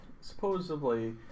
Supposedly